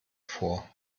vor